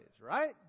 right